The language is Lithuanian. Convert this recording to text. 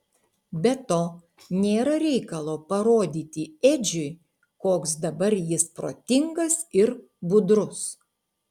be to nėra reikalo parodyti edžiui koks dabar jis protingas ir budrus